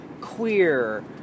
queer